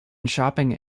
shopping